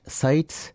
sites